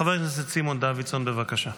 חבר הכנסת סימון דוידסון, בבקשה.